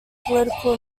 political